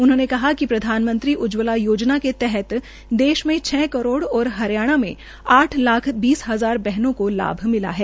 उन्होंने कहा कि प्रधानमंत्री उज्जवला योजना के तहत छ करोड़ और हरियाणा में आठ लाख बीस हजार बहनों को लाभ मिला है